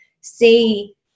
see